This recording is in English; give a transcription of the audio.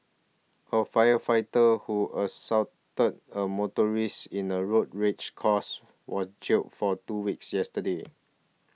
a firefighter who assaulted a motorist in a road rage cause was jailed for two weeks yesterday